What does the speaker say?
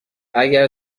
اگر